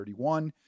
31